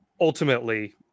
Ultimately